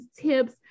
tips